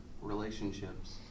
relationships